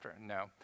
No